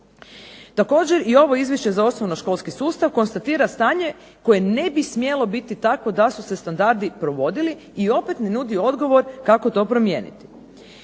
Također, i ovo Izvješće za osnovnoškolski sustav konstatira stanje koje ne bi smjelo biti takvo da su se standardi provodili i opet ne nudi odgovor kako to promijeniti.